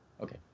okay